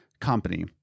company